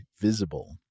Visible